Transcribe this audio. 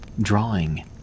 Drawing